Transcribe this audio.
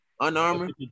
Unarmored